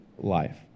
life